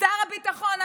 שר הביטחון המיועד,